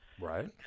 Right